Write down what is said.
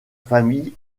famille